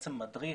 בעצם מדריך,